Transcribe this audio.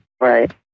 Right